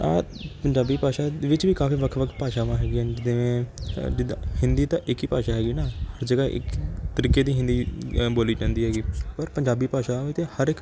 ਆ ਪੰਜਾਬੀ ਭਾਸ਼ਾ ਵਿੱਚ ਵੀ ਕਾਫ਼ੀ ਵੱਖ ਵੱਖ ਭਾਸ਼ਾਵਾਂ ਹੈਗੀਆਂ ਜਿਵੇਂ ਅ ਜਿੱਦਾਂ ਹਿੰਦੀ ਤਾਂ ਇੱਕ ਹੀ ਭਾਸ਼ਾ ਹੈਗੀ ਨਾ ਹਰ ਜਗ੍ਹਾ ਇੱਕ ਤਰੀਕੇ ਦੀ ਹਿੰਦੀ ਬੋਲੀ ਜਾਂਦੀ ਹੈਗੀ ਪਰ ਪੰਜਾਬੀ ਭਾਸ਼ਾ ਤਾਂ ਹਰ ਇੱਕ